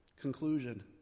conclusion